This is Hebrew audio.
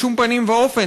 בשום פנים ואופן,